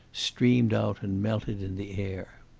streamed out and melted in the air.